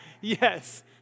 Yes